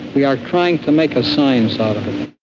we are trying to make a science out of it.